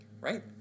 Right